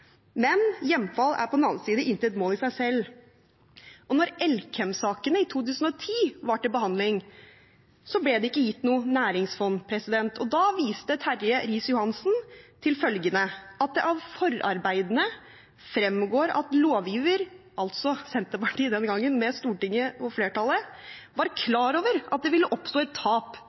Hjemfall er på den annen side intet mål i seg selv». Da Elkem-sakene i 2010 var til behandling, ble det ikke gitt noe næringsfond, og da viste daværende statsråd Terje Riis-Johansen til følgende, at det «av forarbeidene fremgår at lovgiver» – altså Senterpartiet den gangen, med Stortinget og flertallet – «var klar over at det ville oppstå et tap